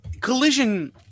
Collision